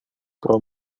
pro